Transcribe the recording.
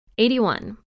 81